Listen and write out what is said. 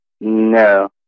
No